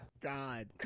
God